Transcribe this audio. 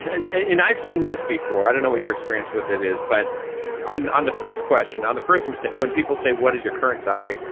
and i've seen this before. i don't know what your experience with it is but on on the first question, on the first mistake. when people say, what is your current salary?